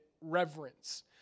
reverence